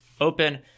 open